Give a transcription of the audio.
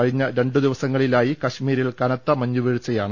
കഴിഞ്ഞ രണ്ടുദിവസങ്ങളിലായി കശ്മീരിൽ കനത്ത മഞ്ഞു വീഴ്ചയാണ്